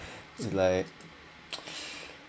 it's like